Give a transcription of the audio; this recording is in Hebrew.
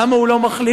למה הוא לא מחליט?